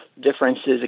differences